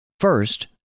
First